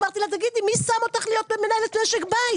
אמרתי לה: תגידי, מי שם אותך להיות מנהלת משק בית?